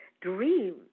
dream